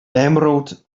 emerald